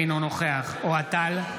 אינו נוכח אוהד טל,